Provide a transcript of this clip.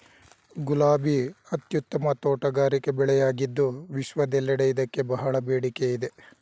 ಗುಲಾಬಿ ಅತ್ಯುತ್ತಮ ತೋಟಗಾರಿಕೆ ಬೆಳೆಯಾಗಿದ್ದು ವಿಶ್ವದೆಲ್ಲೆಡೆ ಇದಕ್ಕೆ ಬಹಳ ಬೇಡಿಕೆ ಇದೆ